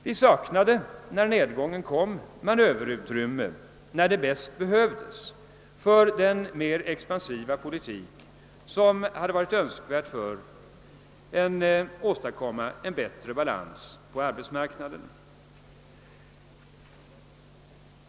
Vi saknade, när nedgången kom, manöverutrymme då det bäst behövdes för den mer expansiva politik som hade varit önskvärd för att åstadkomma en bättre balans på arbetsmarknaden.